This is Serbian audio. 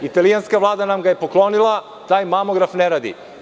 Italijanska Vlada nam ga je poklonila, a taj mamograf ne radi.